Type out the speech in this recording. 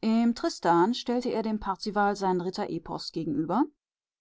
im tristan stellte er dem parzival sein ritterepos gegenüber